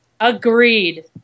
Agreed